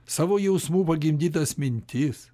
savo jausmų pagimdytas mintis